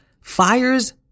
Fires